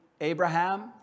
Abraham